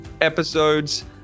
episodes